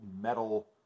metal